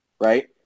right